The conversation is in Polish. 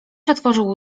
otworzył